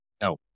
No